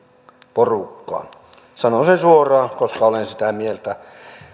porukkaan sanon sen suoraan koska olen sitä mieltä